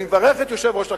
אני מברך את יושב-ראש הכנסת,